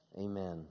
Amen